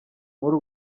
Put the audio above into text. muri